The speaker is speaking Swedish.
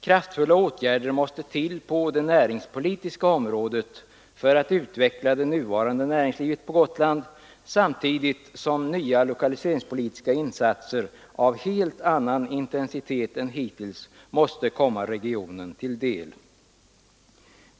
Kraftfulla åtgärder behövs på det näringspolitiska området för att utveckla det nuvarande näringslivet på Gotland, samtidigt som nya lokaliseringspolitiska insatser av helt annan intensitet än hittills måste komma regionen till del.